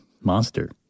monster